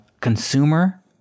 consumer